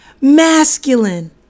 masculine